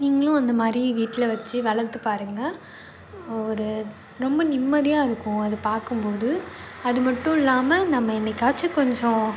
நீங்களும் அந்தமாதிரி வீட்டில் வச்சு வளர்த்துப்பாருங்க ஒரு ரொம்ப நிம்மதியாக இருக்கும் அதை பார்க்கும்போது அது மட்டும் இல்லாமல் நம்ம என்றைக்காச்சும் கொஞ்சம்